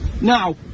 now